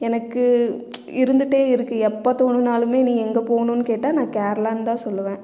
எனக்கு இருந்துகிட்டே இருக்குது எப்போ போகணுனாலுமே நீ எங்கே போகணுனு கேட்டால் நான் கேரளா தான் சொல்லுவேன்